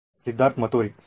ಸಿದ್ಧಾರ್ಥ್ ಮತುರಿ ಸರಿ